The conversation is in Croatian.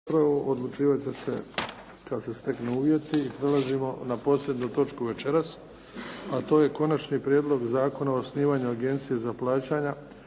**Bebić, Luka (HDZ)** Prelazimo na posljednju točku večeras. - Konačni prijedlog zakona o osnivanju Agencije za plaćanja